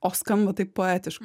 o skamba taip poetiškai